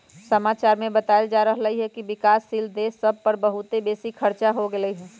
समाचार में बतायल जा रहल हइकि विकासशील देश सभ पर बहुते बेशी खरचा हो गेल हइ